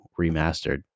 Remastered